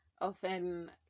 often